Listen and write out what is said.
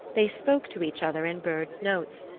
they spoke to each other in birds' notes,